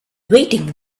waiting